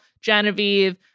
Genevieve